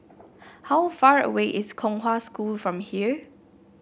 how far away is Kong Hwa School from here